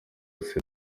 byose